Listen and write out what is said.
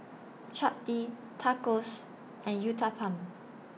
Chapati Tacos and Uthapam